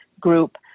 group